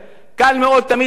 קל מאוד תמיד להגיד: